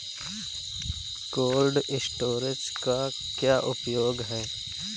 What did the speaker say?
Cold storage का क्या उपयोग है?